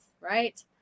right